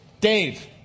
Dave